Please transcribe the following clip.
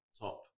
top